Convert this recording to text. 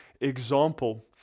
example